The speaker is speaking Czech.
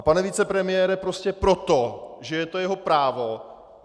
Pane vicepremiére, prostě proto, že je to jeho právo.